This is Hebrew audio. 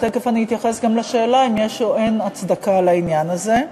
ותכף אני אתייחס גם לשאלה אם יש או אין הצדקה לעניין הזה.